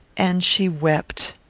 and she wept.